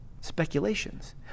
Speculations